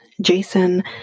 Jason